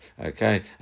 Okay